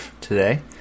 today